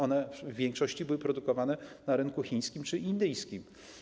One w większości były produkowane na rynku chińskim czy indyjskim.